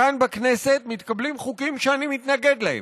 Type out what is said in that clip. כאן, בכנסת, מתקבלים חוקים שאני מתנגד להם.